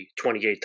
28